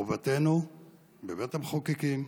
חובתנו בבית המחוקקים,